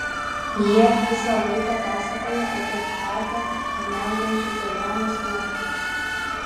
jie visą laiką pasakoja apie kvapią gniaužiančias keliones nuotykius